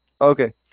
Okay